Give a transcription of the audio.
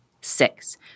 Six